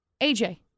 AJ